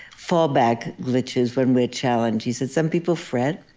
fallback glitches when we're challenged. he said some people fret.